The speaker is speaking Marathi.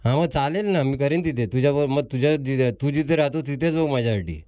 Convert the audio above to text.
हा मग चालेल ना मी करीन तिथे तुझ्या बघ मग तुझ्या जिथे तू जिथे राहतो तिथेच बघ माझ्यासाठी